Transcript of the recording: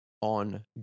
on